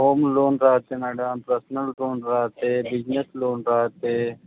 home loan रहाते madam personal loan रहाते business loan रहाते